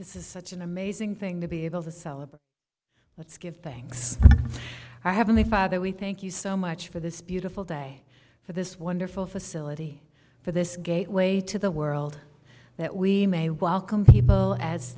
this is such an amazing thing to be able to celebrate let's give thanks for having the father we thank you so much for this beautiful day for this wonderful facility for this gateway to the world that we may welcome people as